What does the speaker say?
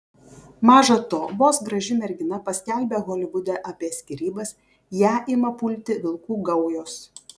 maža to vos graži mergina paskelbia holivude apie skyrybas ją ima pulti vilkų gaujos